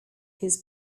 his